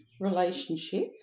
relationship